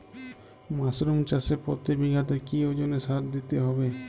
Mushroom চাষে প্রতি বিঘাতে কি ওজনে সার দিতে হবে?